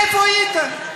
איפה הייתם?